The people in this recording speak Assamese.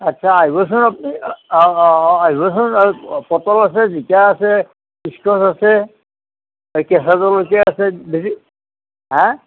আচ্ছা আহিবচোন আপুনি অঁ অঁ আহিবচোন অঁ পটল আছে জিকা আছে ইচকচ আছে এই কেঁচা জলকীয়া আছে হে